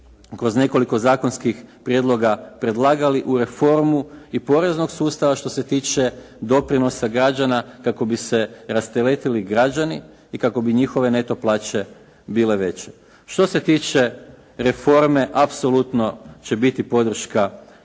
kroz nekoliko zakonskih prijedloga predlagali, u reformu i poreznog sustava što se tiče doprinosa građana kako bi se rasteretili građani i kako bi njihove neto plaće bile veće. Što se tiče reforme, apsolutno će biti podrška